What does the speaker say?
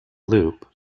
loop